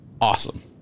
awesome